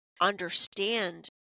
understand